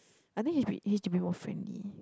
I think H D H_D_B more friendly